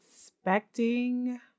expecting